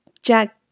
Jack